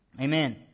Amen